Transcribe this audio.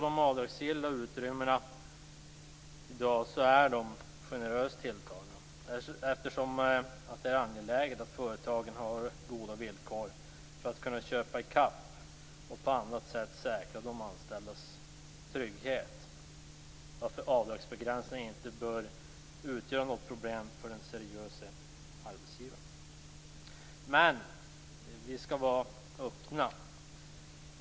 De avdragsgilla utrymmena är i dag generöst tilltagna eftersom det är angeläget att företagen har goda villkor för att kunna "köpa ikapp" och på andra sätt säkra de anställdas trygghet varför avdragsbegränsning inte bör utgöra något problem för den seriöse arbetsgivaren.